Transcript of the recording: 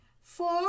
four